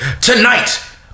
Tonight